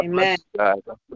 Amen